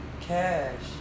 Cash